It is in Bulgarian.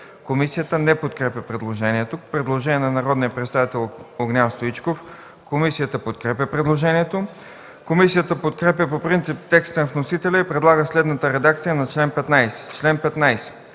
Комисията не подкрепя предложението. Предложение от народния представител Огнян Стоичков. Комисията подкрепя предложението. Комисията подкрепя по принцип текста на вносителя и предлага следната редакция на чл. 15: